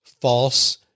false